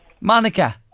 Monica